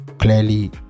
clearly